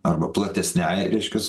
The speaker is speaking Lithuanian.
arba platesniajai reiškias